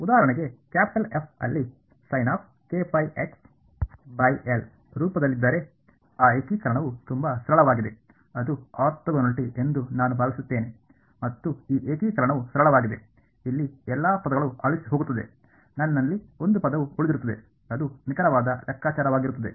ಉದಾಹರಣೆಗೆ capital F ಅಲ್ಲಿ ರೂಪದಲ್ಲಿದ್ದರೆ ಆ ಏಕೀಕರಣವು ತುಂಬಾ ಸರಳವಾಗಿದೆ ಅದು ಆರ್ಥೋಗೊನಾಲಿಟಿ ಎಂದು ನಾನು ಭಾವಿಸುತ್ತೇನೆ ಮತ್ತು ಈ ಏಕೀಕರಣವು ಸರಳವಾಗಿದೆ ಇಲ್ಲಿ ಎಲ್ಲಾ ಪದಗಳು ಅಳಿಸಿಹೋಗುತ್ತದೆ ನನ್ನಲ್ಲಿ ಒಂದು ಪದವು ಉಳಿದೀರುತ್ತದೆ ಅದು ನಿಖರವಾದ ಲೆಕ್ಕಾಚಾರವಾಗಿರುತ್ತದೆ